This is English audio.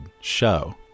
show